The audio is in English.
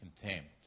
contempt